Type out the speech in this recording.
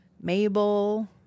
Mabel